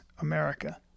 America